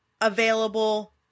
available